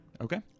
Okay